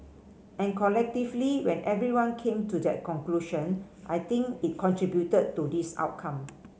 and collectively when everyone came to that conclusion I think it contributed to this outcome